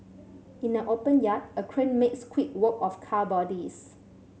in an open yard a crane makes quick work of car bodies